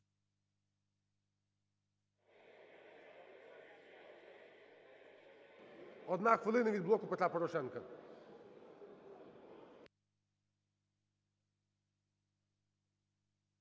Одна хвилина від "Блоку Петра Порошенка".